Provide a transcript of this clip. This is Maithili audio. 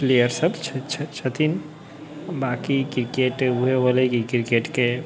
प्लेयरसब छथिन बाकी किरकेट वएह होलै जे किरकेटके